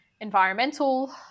environmental